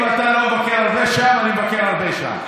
אם אתה לא מבקר הרבה שם, אני מבקר הרבה שם,